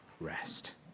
rest